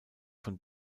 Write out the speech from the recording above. von